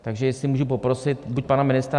Takže jestli můžu poprosit pana ministra.